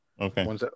Okay